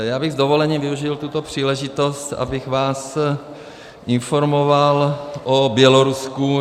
Já bych s dovolením využil tuto příležitost, abych vás informoval o Bělorusku.